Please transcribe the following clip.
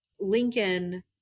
lincoln